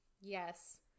Yes